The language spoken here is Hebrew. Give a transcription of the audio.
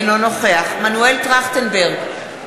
אינו נוכח מנואל טרכטנברג,